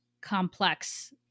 complex